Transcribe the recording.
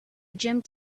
jumped